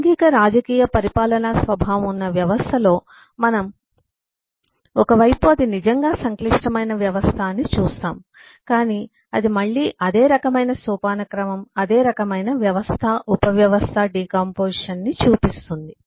సాంఘిక రాజకీయ పరిపాలనా స్వభావం ఉన్న వ్యవస్థలో మనం ఒక వైపు అది నిజంగా సంక్లిష్టమైన వ్యవస్థ అని చూస్తాం కాని అది మళ్ళీ అదే రకమైన సోపానక్రమం అదే రకమైన వ్యవస్థ ఉపవ్యవస్థ డికాంపొజిషన్ ని చూపిస్తుంది